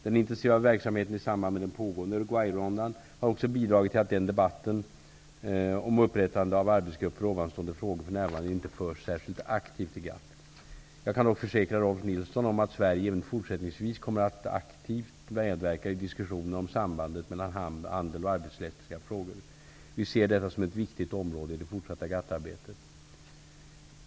Den intensiva verksamheten i samband med den pågående Uruguayrundan, har också bidragit till att debatten om upprättande av en arbetsgrupp för ovanstående frågor för närvarande inte förs särskilt aktivt i GATT. Jag kan dock försäkra Rolf L Nilson om att Sverige även fortsatt kommer att aktivt medverka i diskussionen om sambandet mellan handel och arbetsrättsliga frågor. Vi ser detta som ett viktigt område i det fortsatta GATT-arbetet.